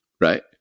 right